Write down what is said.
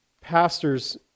pastors